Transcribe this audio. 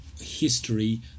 history